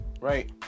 right